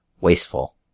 Wasteful